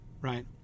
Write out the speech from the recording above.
right